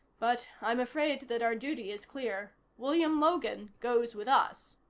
but, i'm afraid that our duty is clear. william logan goes with us.